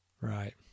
Right